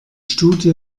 studie